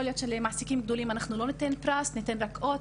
יכול להיות שלמעסיקים גדולים אנחנו לא ניתן פרס אלא רק אות,